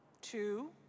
two